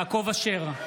(קורא בשמות חברי הכנסת) יעקב אשר,